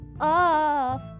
off